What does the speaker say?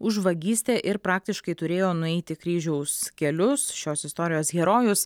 už vagystę ir praktiškai turėjo nueiti kryžiaus kelius šios istorijos herojus